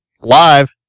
Live